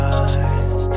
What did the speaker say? eyes